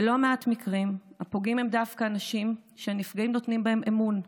בלא מעט מקרים הפוגעים הם דווקא אנשים שנפגעים נותנים בהם אמון,